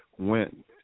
went